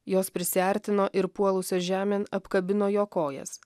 jos prisiartino ir puolusios žemėn apkabino jo kojas